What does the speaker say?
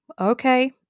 okay